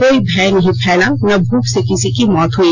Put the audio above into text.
कोई भय नहीं फैला न भूख से किसी की मौत हई